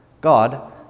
God